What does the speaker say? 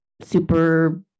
super